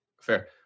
fair